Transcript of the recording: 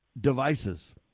devices